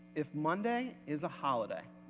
if monday is a holiday,